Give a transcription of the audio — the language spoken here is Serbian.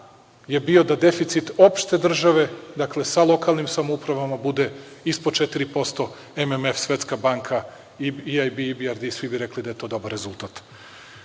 je bio da deficit opšte države, dakle, sa lokalnim samoupravama bude ispod 4% MMF, Svetska banka, IBRD, svi bi rekli da je to dobar rezultat,